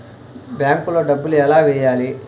బ్యాంక్లో డబ్బులు ఎలా వెయ్యాలి?